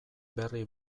berri